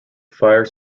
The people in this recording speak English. fire